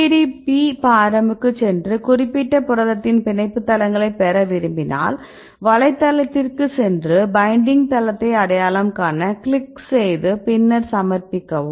PDB param க்குச் சென்று ஒரு குறிப்பிட்ட புரதத்தின் பிணைப்பு தளங்களைப் பெற விரும்பினால் வலைத்தளத்திற்குச் சென்று பைண்டிங் தளத்தை அடையாளம் காண கிளிக் செய்து பின்னர் சமர்ப்பிக்கவும்